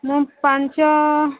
ମୁଁ ପାଞ୍ଚ